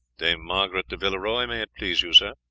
dame margaret de villeroy, may it please you, sir.